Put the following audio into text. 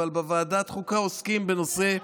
אבל בוועדת החוקה עוסקים בנושא,